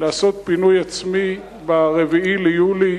לעשות פינוי עצמי ב-4 ביולי.